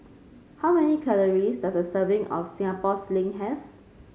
how many calories does a serving of Singapore Sling have